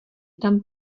tam